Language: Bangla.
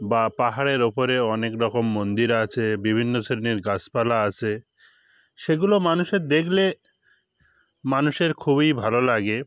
বা পাহাড়ের উপরে অনেক রকম মন্দির আছে বিভিন্ন শ্রেণীর গাছপালা আছে সেগুলো মানুষের দেখলে মানুষের খুবই ভালো লাগে